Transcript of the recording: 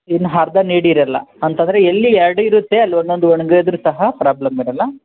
ಇನ್ನು ಅರ್ಧ ನೀಡಿರಲ್ಲ ಅಂತಂದರೆ ಎಲ್ಲಿ ಎರಡು ಇರುತ್ತೆ ಅಲ್ಲಿ ಒಂದೊಂದ್ ಒಣಗಿದ್ರು ಸಹ ಪ್ರಾಬ್ಲಮ್ ಇರಲ್ಲ